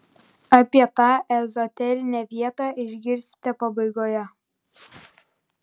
apie tą ezoterinę vietą išgirsite pabaigoje